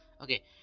Okay